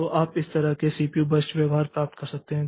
तो आप इस तरह एक सीपीयू बर्स्ट व्यवहार प्राप्त कर सकते हैं